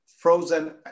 frozen